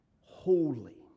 holy